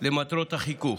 למטרות החיקוק".